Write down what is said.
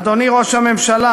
אדוני ראש הממשלה,